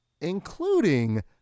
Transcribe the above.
including